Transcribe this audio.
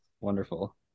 Wonderful